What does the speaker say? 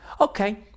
Okay